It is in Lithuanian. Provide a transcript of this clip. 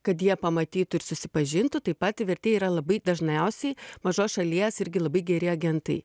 kad jie pamatytų ir susipažintų taip pat i vertėjai yra labai dažniausiai mažos šalies irgi labai geri agentai